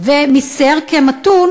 ומצטייר כמתון,